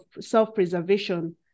self-preservation